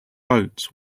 boats